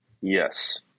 Yes